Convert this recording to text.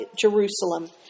Jerusalem